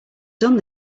done